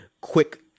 quick